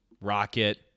Rocket